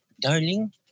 Darling